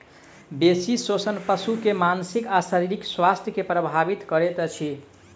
बेसी शोषण पशु के मानसिक आ शारीरिक स्वास्थ्य के प्रभावित करैत अछि